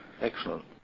Excellent